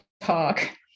talk